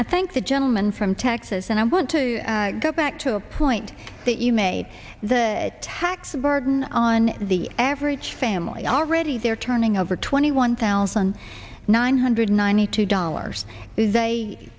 i thank the gentleman from texas and i want to go back to a point that you made the tax burden on the average family already they're turning over twenty one thousand nine hundred ninety two dollars